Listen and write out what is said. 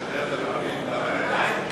משחררים מחבלים עם דם על הידיים,